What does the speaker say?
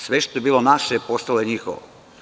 Sve što je bilo naše postalo je njihovo.